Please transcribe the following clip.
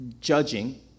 judging